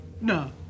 no